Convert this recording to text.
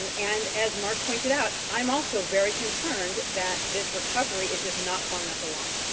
and and as mark pointed out i'm also very concerned that this recovery is just not far enough along.